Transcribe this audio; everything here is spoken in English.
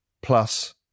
plus